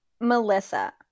Melissa